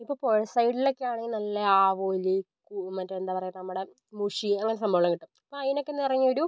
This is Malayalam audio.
ഇപ്പോൾ പുഴ സൈഡിലക്കെ ആണെങ്കിൽ നല്ല ആവോലി മറ്റേ എന്താ പറയുക നമ്മുടെ മൂഷി അങ്ങനെയുള്ള സംഭവങ്ങളൊക്കെ കിട്ടും അപ്പം അതിനൊക്കെ എന്ന് പറഞ്ഞാൽ ഒരു